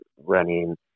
running